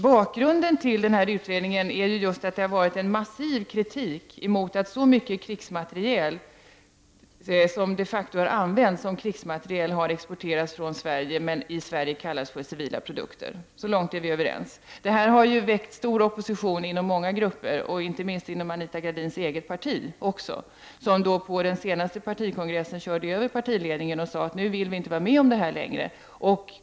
Bakgrunden till denna utredning är att det har varit en massiv kritik mot att så mycket krigsmateriel, materiel som de facto har använts som krigsmateriel, har exporterats från Sverige men i Sverige kallats för civila produkter. Så långt är vi överens. Detta har väckt stor opposition inom många grupper, inte minst inom Anita Gradins eget parti. På den senaste partikongressen körde man över partiledningen och sade att man inte ville vara med om detta längre.